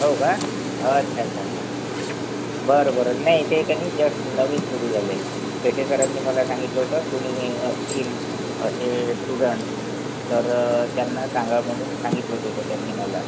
हो का अच्छा अच्छा बरं बरं नाही ते त्यांनी जश्ट नवीन सुरू झाले पेठे सरांनी मला सांगितलं होतं कुणी असतील असे स्टुडण तर त्यांना सांगा म्हणून सांगितलंच होतं त्यांनी मला